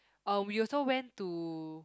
uh we also went to